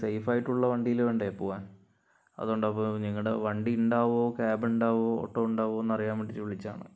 സെയിഫായിട്ടുള്ള വണ്ടിയില് വേണ്ടേ പോവാൻ അതുകൊണ്ട് അപ്പൊൾ നിങ്ങടെ വണ്ടി ഉണ്ടാകുവോ ക്യാബ് ഉണ്ടാകുവോ ഓട്ടോ ഉണ്ടാകുവോന്ന് അറിയാൻ വേണ്ടീട്ട് വിളിച്ചതാണ്